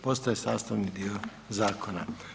Postaje sastavni dio zakona.